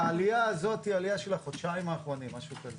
העלייה הזאת של החודשיים האחרונים, משהו כזה.